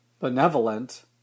benevolent